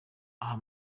ahaa